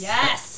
Yes